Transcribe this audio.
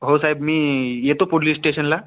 हो साहेब मी येतो पोलीस स्टेशनला